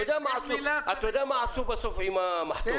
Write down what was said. אתה יודע מה עשו בסוף עם המחתות?